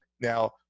Now